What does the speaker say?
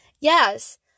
Yes